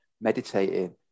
meditating